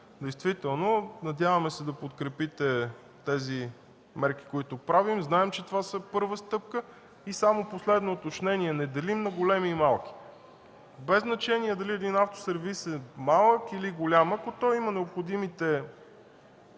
и „Ботев”. Надяваме се да подкрепите мерките, които правим. Знаем, че това е първа стъпка. Само последно уточнение – не делим на големи и малки. Без значение е дали един автосервиз е малък, или голям. Ако той има необходимото